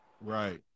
right